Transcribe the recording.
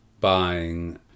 buying